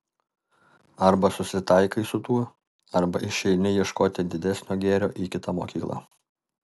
arba susitaikai su tuo arba išeini ieškoti didesnio gėrio į kitą mokyklą